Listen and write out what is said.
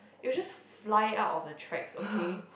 it will just fly out of the tracks okay